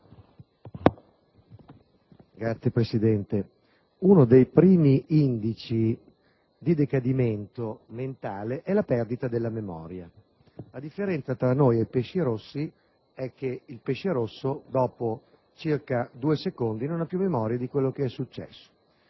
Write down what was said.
Signor Presidente, uno dei primi indici di decadimento mentale è la perdita della memoria. La differenza tra noi e i pesci rossi è che il pesce rosso dopo circa due secondi non ha più memoria di quello che è successo,